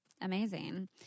amazing